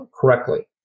correctly